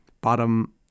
bottom